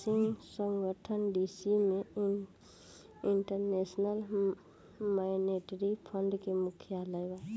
Washington DC में international monetary fund के मुख्यालय बा